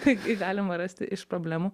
kaip galima rasti iš problemų